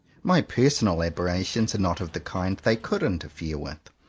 my personal aberrations are not of the kind they could interfere with.